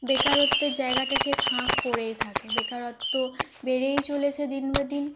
বেকারত্বের জায়গাটা সেই ফাঁক পড়েই থাকে বেকারত্ব বেড়েই চলেছে দিন কে দিন